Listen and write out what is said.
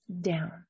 down